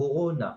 קורונה,